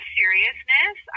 seriousness